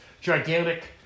gigantic